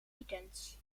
weekends